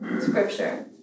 scripture